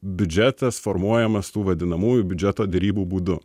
biudžetas formuojamas tų vadinamųjų biudžeto derybų būdu